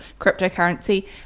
cryptocurrency